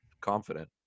confident